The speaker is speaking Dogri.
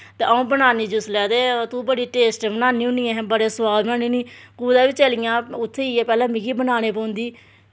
अं'ऊ बनानी जिसलै ते तूं बड़ी टेस्ट बनानी होनी ऐहें बड़े सोआद बनानी होन्नी कुदै बी चली जांऽ उत्थें जाइयै पैह्लें में गै बनाना पौंदी